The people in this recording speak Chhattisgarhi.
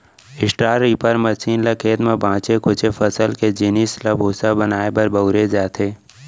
स्ट्रॉ रीपर मसीन ल खेत म बाचे खुचे फसल के जिनिस ल भूसा बनाए बर बउरे जाथे